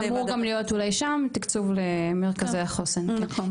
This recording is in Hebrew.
אמור להיות גם אולי שם תקצוב למרכזי החוסן, כן.